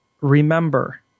remember